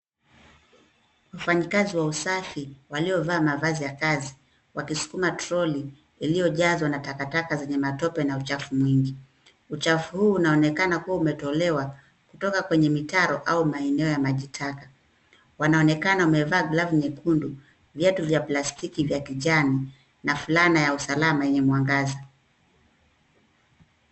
Wafanyakazi wa usafi waliovaa mavazi ya kazi wakisukuma troli iliojazwa na takataka zenye matope na uchafu mwingi. Uchafu huu unaonekana kuwa umetolewa kutoka kwenye mitaro au maeneo ya maji taka. Wanaonekana wamevaa glavu nyekundu, viatu vya plastiki vya kijani na fulana ya usalama yenye mwangaza.